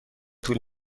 طول